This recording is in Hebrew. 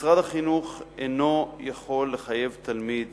משרד החינוך אינו יכול לחייב תלמיד